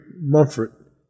Mumford